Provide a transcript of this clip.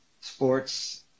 sports